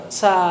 sa